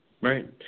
Right